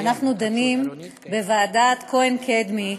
אנחנו דנים בוועדת כהן-קדמי,